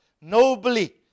nobly